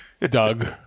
Doug